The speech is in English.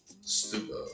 Stupid